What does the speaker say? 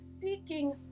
seeking